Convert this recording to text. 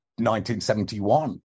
1971